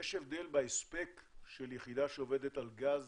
יש הבדל בהספק של יחידה שעובדת על גז